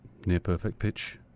nearperfectpitch